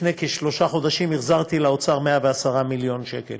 לפני כשלושה חודשים החזרתי לאוצר 110 מיליון שקל